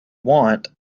want